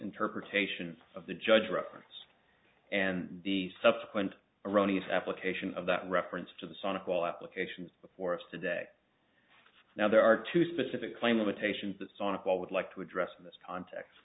interpretation of the judge reference and the subsequent erroneous application of that reference to the sonic wall applications before us today now there are two specific claim imitation is the sort of what would like to address in this context